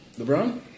LeBron